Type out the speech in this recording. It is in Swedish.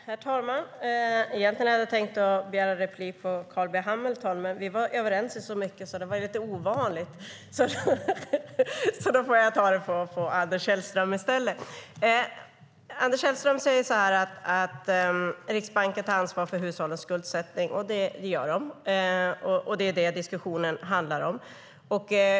Herr talman! Egentligen hade jag tänkt begära replik på Carl B Hamilton, men vi var överens i så mycket, vilket var lite ovanligt, så därför tar jag replik på Anders Sellström i stället. Anders Sellström säger att Riksbanken tar ansvar för hushållens skuldsättning, och det gör man. Det är detta som diskussionen handlar om.